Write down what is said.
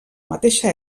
mateixa